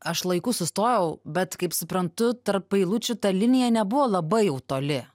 aš laiku sustojau bet kaip suprantu tarp eilučių ta linija nebuvo labai jau toli